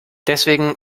deswegen